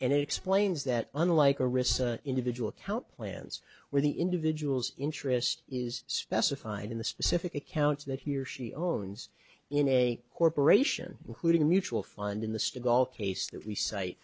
and explains that unlike a risk individuals account plans where the individuals interest is specified in the specific accounts that he or she owns in a corporation including a mutual fund in the s